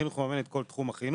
החינוך מממן את כל תחום החינוך,